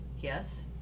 Yes